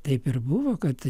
taip ir buvo kad